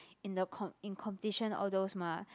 in the com~ in competition all those mah